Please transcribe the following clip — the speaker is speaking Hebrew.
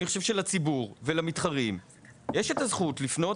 אני חושב שלציבור ולמתחרים יש את הזכות לפנות